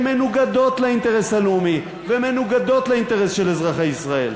שמנוגדות לאינטרס הלאומי ומנוגדות לאינטרס של אזרחי ישראל.